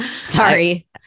Sorry